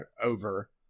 over